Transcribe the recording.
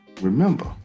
remember